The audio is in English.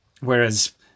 Whereas